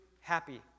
happy